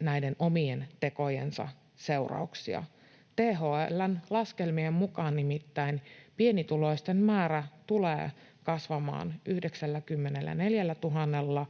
näiden omien tekojensa seurauksia. THL:n laskelmien mukaan nimittäin pienituloisten määrä tulee kasvamaan 94 000